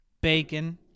Bacon